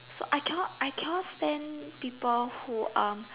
so I cannot I cannot stand people who are